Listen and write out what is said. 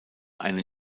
einen